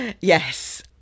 yes